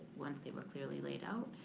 once they were clearly laid out,